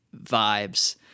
vibes